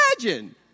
imagine